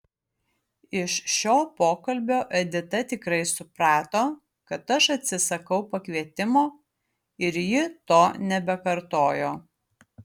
iš šio pokalbio edita tikrai suprato kad aš atsisakau pakvietimo ir ji to nebekartojo